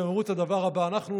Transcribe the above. והם אמרו את הדבר הבא: אנחנו,